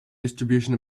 distribution